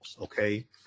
okay